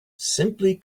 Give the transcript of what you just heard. simply